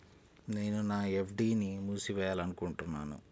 నేను నా ఎఫ్.డీ ని మూసివేయాలనుకుంటున్నాను